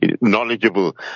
knowledgeable